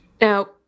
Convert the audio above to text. Now